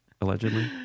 allegedly